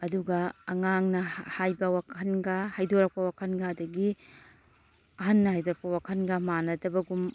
ꯑꯗꯨꯒ ꯑꯉꯥꯡꯅ ꯍꯥꯏꯕ ꯋꯥꯈꯜꯒ ꯍꯥꯏꯗꯣꯔꯛꯄ ꯋꯥꯈꯟꯒ ꯑꯗꯒꯤ ꯑꯍꯟꯅ ꯍꯥꯏꯗꯣꯔꯛꯄ ꯋꯥꯈꯟꯒ ꯃꯥꯟꯅꯗꯕꯒꯨꯝ